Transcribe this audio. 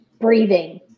breathing